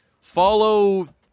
follow